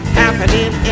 happening